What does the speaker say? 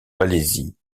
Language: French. malaisie